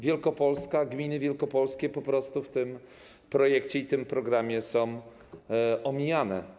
Wielkopolska, gminy wielkopolskie po prostu w tym projekcie i tym programie są omijane.